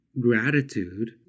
gratitude